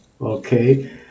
Okay